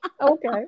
Okay